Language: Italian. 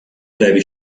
dave